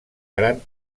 gran